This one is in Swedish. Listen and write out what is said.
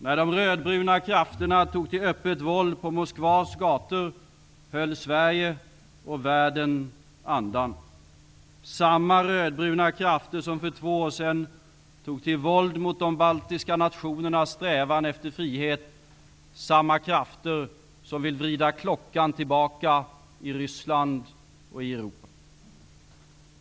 När de rödbruna krafterna tog till öppet våld på Moskvas gator höll Sverige och världen andan -- samma rödbruna krafter som för två år sedan tog till våld mot de baltiska nationernas strävan efter frihet, samma krafter som vill vrida klockan tillbaka i Ryssland och i Europa.